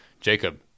Jacob